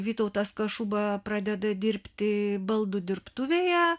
vytautas kašuba pradeda dirbti baldų dirbtuvėje